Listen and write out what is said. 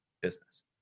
business